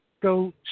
Go